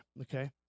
okay